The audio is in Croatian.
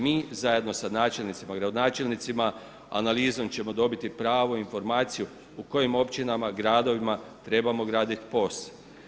Mi zajedno sa načelnicima, gradonačelnicima, analizom ćemo dobiti pravu informaciju u kojim općinama, gradovima, trebamo graditi POS.